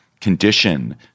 condition